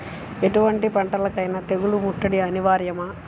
ఎటువంటి పంటలకైన తెగులు ముట్టడి అనివార్యమా?